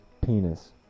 Penis